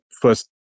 first